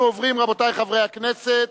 רבותי חברי הכנסת,